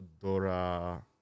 Dora